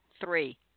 three